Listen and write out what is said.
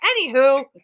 Anywho